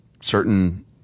certain